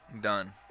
Done